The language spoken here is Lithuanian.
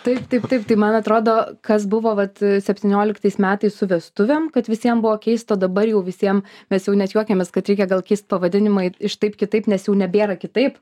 taip taip taip tai man atrodo kas buvo vat septynioliktais metais su vestuvėm kad visiem buvo keista o dabar jau visiem mes jau net juokėmės kad reikia gal keist pavadinimą į iš taip kitaip nes jau nebėra kitaip